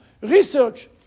research